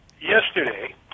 Yesterday